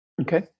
Okay